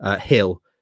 hill